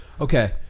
okay